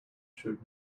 showed